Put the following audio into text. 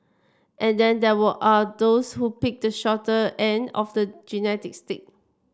and then there were are those who picked the shorter end of the genetic stick